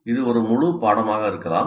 இது ஒரு முழு பாடமாக இருக்கலாம்